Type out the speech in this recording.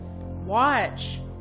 watch